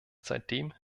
seitdem